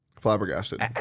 Flabbergasted